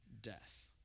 death